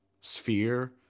sphere